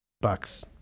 bucks